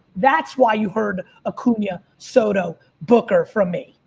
that's why you heard acuna, soto, booker from me.